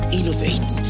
innovate